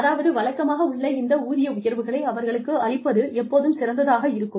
அதாவது வழக்கமாக உள்ள இந்த ஊதிய உயர்வுகளை அவர்களுக்கு அளிப்பது எப்போதும் சிறந்ததாக இருக்கும்